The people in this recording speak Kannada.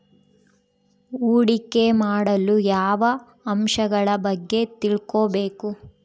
ಹೂಡಿಕೆ ಮಾಡಲು ಯಾವ ಅಂಶಗಳ ಬಗ್ಗೆ ತಿಳ್ಕೊಬೇಕು?